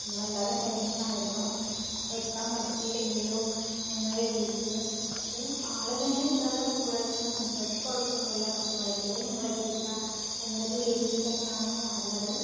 ഞങ്ങളെല്ലാവരൂടെ ടെൻഷനായായിരുന്നു എത്താൻ പറ്റിയില്ലെങ്കിലോ എന്നൊരു രീതിയില് പക്ഷേ ആള് തന്നെ നല്ല കൂളായിട്ടാണ് സംസാരിച്ചത് കുഴപ്പമൊന്നുമില്ല് പത്ത് മണിക്കല്ലേ ഞങ്ങളെത്തിക്കാം എന്നൊരു രീതിയിൽ തന്നെയാണ് പറഞ്ഞത്